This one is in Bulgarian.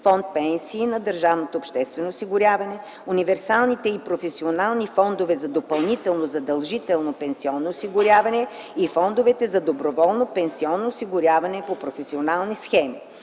Фонд „Пенсии” на държавното обществено осигуряване, универсалните и професионални фондове, допълнително задължително пенсионно осигуряване и фондовете за доброволно пенсионно осигуряване по професионални схеми.